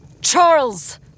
Charles